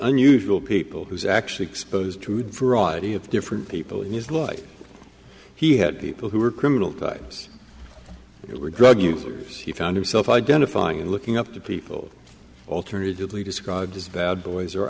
unusual people who's actually exposed to would for audi of different people in his life he had people who were criminal types who were drug users he found himself identifying and looking up to people alternatively described as bad boys are